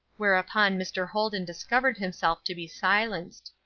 whereupon mr. holden discovered himself to be silenced.